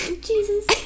jesus